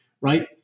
right